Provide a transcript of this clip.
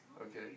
Okay